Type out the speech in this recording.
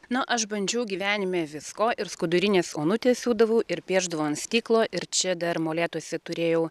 na aš bandžiau gyvenime visko ir skudurines onutes siūdavau ir piešdavau ant stiklo ir čia da molėtuose turėjau